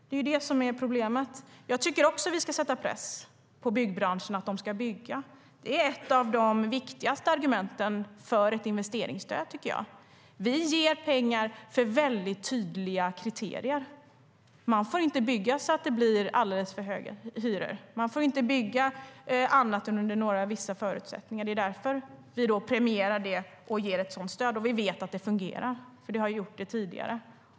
Det är det som är problemet. Jag tycker också att vi ska sätta press på byggbranschen när det gäller att de ska bygga. Det är ett av de viktigaste argumenten för ett investeringsstöd, tycker jag. Vi ger pengar och har väldigt tydliga kriterier. Man får inte bygga så att det blir alldeles för höga hyror. Man får bygga under vissa förutsättningar. Det är därför vi premierar det och ger ett sådant stöd. Vi vet att det fungerar, för det har det gjort tidigare.